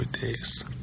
days